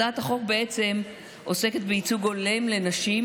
הצעת החוק עוסקת בייצוג הולם לנשים